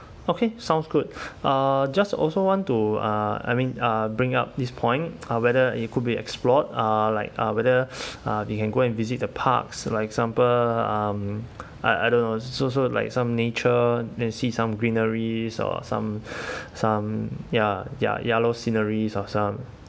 okay sounds good uh just also want to uh I mean uh bring up this point uh whether it could be explored uh like uh whether we can go and visit the parks like example um I I don't know so so like some nature then see some greeneries or some some ya ya ya loh sceneries or some